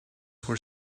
were